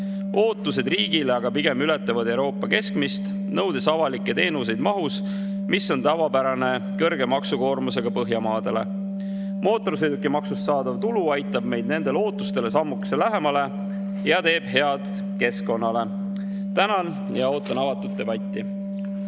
ootused aga pigem ületavad Euroopa keskmist, nõudes riigilt avalikke teenuseid mahus, mis on tavapärane kõrge maksukoormusega Põhjamaades. Mootorsõidukimaksust saadav tulu aitab meid nendele ootustele sammukese lähemale ja teeb head keskkonnale. Tänan! Ootan avatud debatti.